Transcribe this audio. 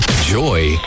Joy